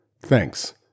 thanks